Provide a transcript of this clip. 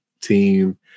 team